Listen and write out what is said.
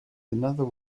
another